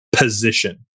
Position